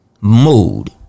mood